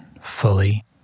fully